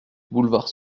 boulevard